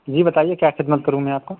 جی بتائیے کیا خدمت کروں میں آپ کو